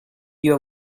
your